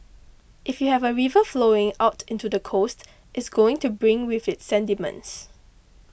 if you have a river flowing out into the coast it's going to bring with it sediments